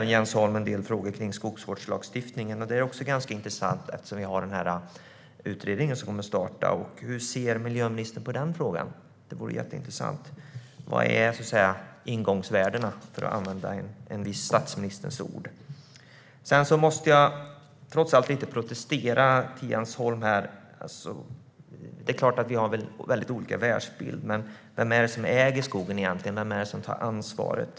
Jens Holm lyfter fram en del frågor kring skogsvårdslagstiftningen. Det är också ganska intressant, eftersom vi har den här utredningen som kommer att starta. Hur ser miljöministern på detta? Det vore jätteintressant att få höra vilka ingångsvärdena är, för att använda en viss statsministers ord. Jag måste trots allt protestera lite mot Jens Holms uttalanden. Det är klart att vi har väldigt olika världsbild. Vem är det som äger skogen egentligen? Vem är det som tar ansvaret?